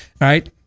right